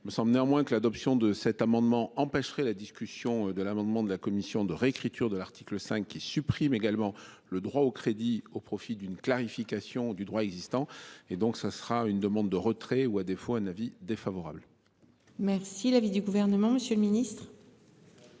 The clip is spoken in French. me semble néanmoins que l'adoption de cet amendement empêcherait la discussion de l'amendement de la commission de réécriture de l'article 5, qui supprime également le droit au crédit au profit d'une clarification du droit existant et donc ça sera une demande de retrait ou à défaut un avis défavorable. Merci l'avis du gouvernement, Monsieur le Ministre.